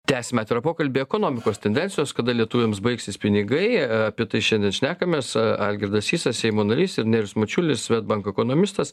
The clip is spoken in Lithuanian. tęsime pokalbį ekonomikos tendencijos kada lietuviams baigsis pinigai apie tai šiandien šnekamės algirdas sysas seimo narys ir nerijus mačiulis swedbank ekonomistas